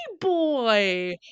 boy